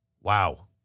Wow